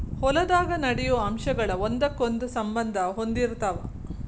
ಹೊಲದಾಗ ನಡೆಯು ಅಂಶಗಳ ಒಂದಕ್ಕೊಂದ ಸಂಬಂದಾ ಹೊಂದಿರತಾವ